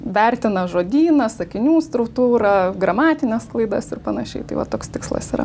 vertina žodyną sakinių struktūrą gramatines klaidas ir panašiai tai va toks tikslas yra